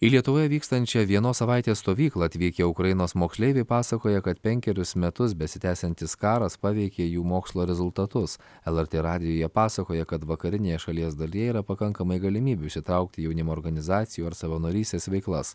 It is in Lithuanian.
į lietuvoje vykstančią vienos savaitės stovyklą atvykę ukrainos moksleiviai pasakoja kad penkerius metus besitęsiantis karas paveikė jų mokslo rezultatus lrt radijui jie pasakoja kad vakarinėje šalies dalyje yra pakankamai galimybių įsitraukti į jaunimo organizacijų ar savanorystės veiklas